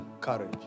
Courage